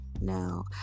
No